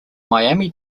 miami